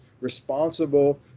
responsible